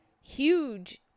huge